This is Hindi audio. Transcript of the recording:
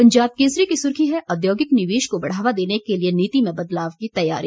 पंजाब केसरी की सुर्खी है औद्योगिक निवेश को बढ़ावा देने के लिए नीति में बदलाव की तैयारी